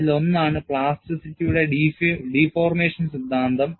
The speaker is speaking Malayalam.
അതിലൊന്നാണ് പ്ലാസ്റ്റിറ്റിയുടെ deformation സിദ്ധാന്തം